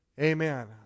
Amen